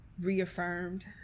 reaffirmed